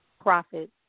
profit